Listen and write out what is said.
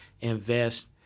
invest